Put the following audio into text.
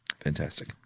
Fantastic